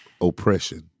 oppression